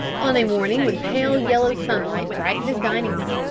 on a morning when pale yellow sunlight brightened his dining-room,